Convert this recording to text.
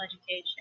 education